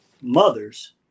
mothers